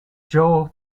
joe